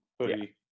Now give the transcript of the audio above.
hoodie